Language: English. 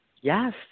Yes